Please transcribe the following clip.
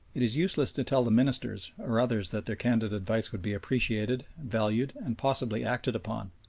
it is useless to tell the ministers or others that their candid advice would be appreciated valued, and possibly acted upon.